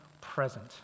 present